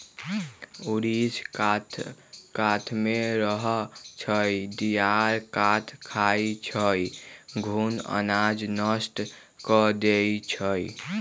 ऊरीस काठमे रहै छइ, दियार काठ खाई छइ, घुन अनाज नष्ट कऽ देइ छइ